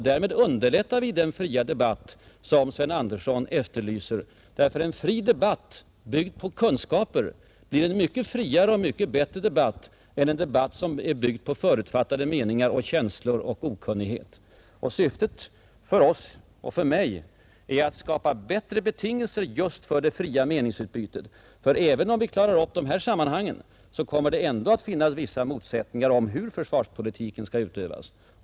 Därmed underlättar vi den fria debatt som Sven Andersson efterlyser, därför att en fri debatt byggd på kunskaper blir en friare och bättre debatt än den som är byggd på förutfattade meningar, känslor och okunnighet. Syftet för oss och för mig är att skapa bättre betingelser just för det fria meningsutbytet. Även om vi klarar upp de här sammanhangen kommer det ändå att finnas motsättningar om hur försvarspolitiken skall utövas.